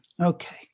Okay